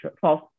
false